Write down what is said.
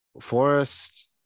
Forest